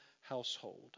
household